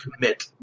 commit